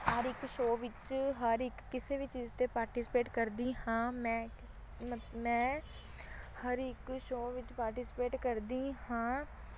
ਹਰ ਇੱਕ ਸ਼ੋਅ ਵਿੱਚ ਹਰ ਇੱਕ ਕਿਸੇ ਵੀ ਚੀਜ਼ 'ਤੇ ਪਾਰਟੀਸਪੇਟ ਕਰਦੀ ਹਾਂ ਮੈਂ ਮ ਮੈਂ ਹਰ ਇੱਕ ਸ਼ੋਅ ਵਿੱਚ ਪਾਰਟੀਸਪੇਟ ਕਰਦੀ ਹਾਂ